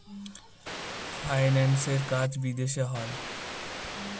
ফাইন্যান্সের কাজ বিদেশে হয়